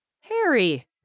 Harry